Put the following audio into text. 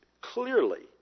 clearly